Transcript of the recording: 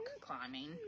climbing